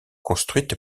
construite